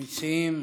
המציעים,